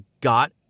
got